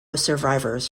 survivors